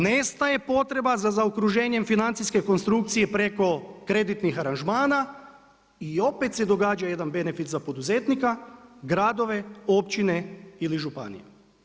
Nestaje potreba za zaokruženjem financijske konstrukcije preko kreditnih aranžmana i opet se događa jedan benefit za poduzetnika, gradove, općine ili županije.